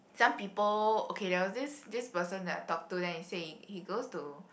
some people okay that was this this person that I talk to then he said he he goes to